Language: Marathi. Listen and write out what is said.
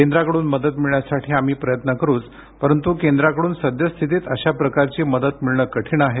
केंद्राकडून मदत मिळण्यासाठी आम्ही प्रयत्न करूच परंतु केंद्राकडून सद्यस्थितीत अशाप्रकारची मदत मिळणे कठीण आहे